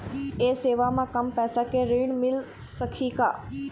ये सेवा म कम पैसा के ऋण मिल सकही का?